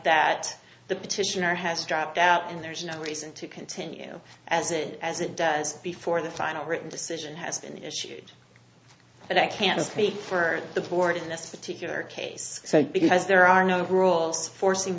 that the petitioner has dropped out and there's no reason to continue as it as it does before the final written decision has been issued and i can't speak for the board in this particular case so because there are no rules forcing